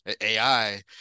AI